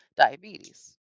diabetes